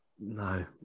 no